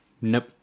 Nope